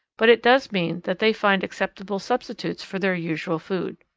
but it does mean that they find acceptable substitutes for their usual food.